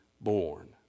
born